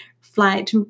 flight